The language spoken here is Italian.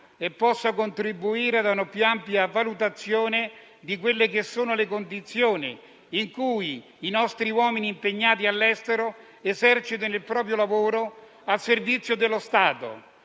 e possa contribuire a una più ampia valutazione delle condizioni in cui i nostri uomini impegnati all'estero esercitano il proprio lavoro al servizio dello Stato,